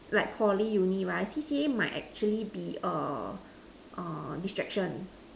like Poly uni right C_C_A might actually be err err distraction